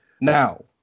now